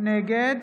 נגד